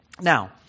Now